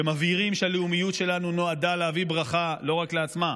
שמבהירים שהלאומיות שלנו נועדה להביא ברכה לא רק לעצמה,